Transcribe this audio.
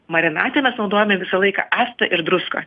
marinate mes naudojame visą laiką actą ir druską